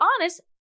honest